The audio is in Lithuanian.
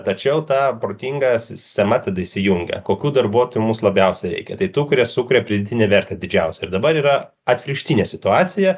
tačiau ta protinga sistema tada įsijungia kokių darbuotojų mus labiausiai reikia tai tų kurie sukuria pridėtinę vertę didžiausią ir dabar yra atvirkštinė situacija